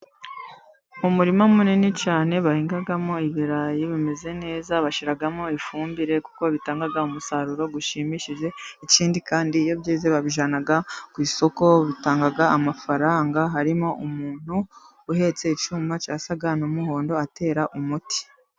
Umurima munini cyane, bahingamo ibirayi bameze neza, bashyiramo ifumbire, kuko bitanga umusaruro ushimishije, ikindi kandi iyo byeze babijyana ku isoko, bitanga amafaranga, harimo umuntu uhetse icyuma, gisa n'umuhondo, atera umuti.